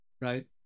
right